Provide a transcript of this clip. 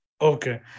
Okay